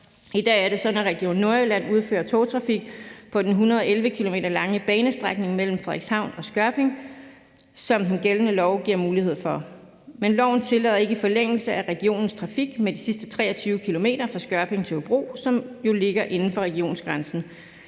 I dag er det sådan, at Region Nordjylland udfører togtrafik på den 111 km lange banestrækning mellem Frederikshavn og Skørping, som den gældende lov giver mulighed for. Men loven tillader ikke forlængelse af regionens trafik med de sidste 23 km fra Skørping til Hobro, som jo ligger inden for regionsgrænsen.